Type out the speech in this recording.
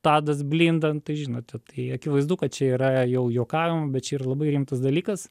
tadas blinda nu tai žinote tai akivaizdu kad čia yra jau juokavimo bet čia ir labai rimtas dalykas